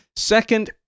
Second